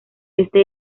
este